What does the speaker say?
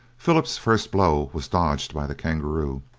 philip's first blow was dodged by the kangaroo,